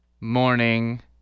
morning